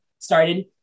started